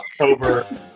october